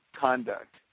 conduct